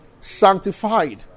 sanctified